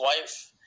wife